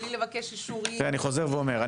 בלי לבקש אישורים --- אני חוזר ואומר,